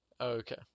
Okay